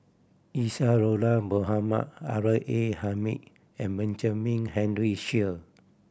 Isadhora Mohamed R A Hamid and Benjamin Henry Sheare